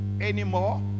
anymore